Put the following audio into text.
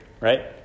right